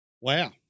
Wow